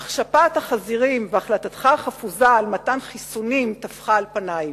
אך שפעת החזירים והחלטתך החפוזה על מתן חיסונים טפחה על פני.